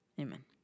Amen